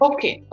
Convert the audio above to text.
Okay